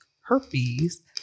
herpes